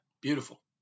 Beautiful